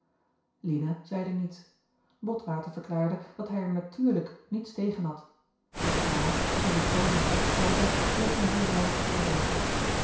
lina zeide niets botwater verklaarde dat hij er natuurlijk niets tegen had het maar dat in den toon lag opgesloten bleef evenwel achterwege